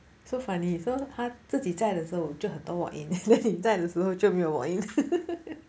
so funny so 他自己在的时候就有很多 walk in 你在时候就没有 walk in